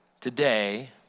today